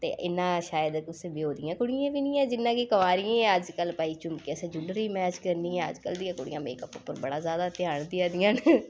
ते इन्ना शायद कुसै ब्योह्ई दियें कुड़ियें गी बी नेईं ऐ जिन्ना कि कुआरियें कुड़ियें गी ऐ अज्जकल भई झुमके असें ज्वलरी बी मैच करनी ऐ अज्जकल दियां कुड़ियां मेकअप उप्पर बड़ा ज्यादा ध्यान देआ दियां न